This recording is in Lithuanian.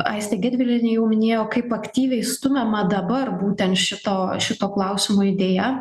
aistė gedvilienė jau minėjo kaip aktyviai stumiama dabar būtent šito šito klausimo idėja